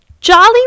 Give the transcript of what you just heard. Jolly